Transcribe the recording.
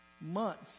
months